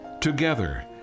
Together